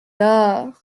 доо